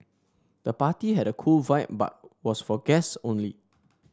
the party had a cool vibe but was for guests only